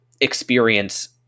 experience